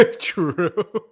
True